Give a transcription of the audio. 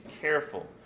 careful